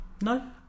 No